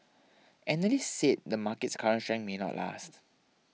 analysts said the market's current strength may not last